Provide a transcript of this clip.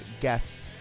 guests